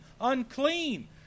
unclean